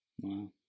Wow